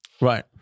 Right